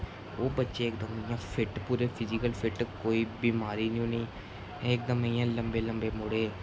इ'यां फिट पूरे physical fit कोई बमारी नेईं उ'नेंगी इक दम इ'यां लम्बे लम्बे मुडे़